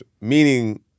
Meaning